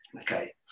okay